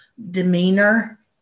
demeanor